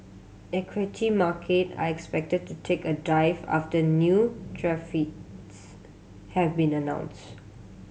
equity market are expected to take a dive after new tariffs have been announce